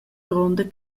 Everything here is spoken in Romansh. gronda